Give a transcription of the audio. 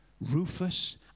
Rufus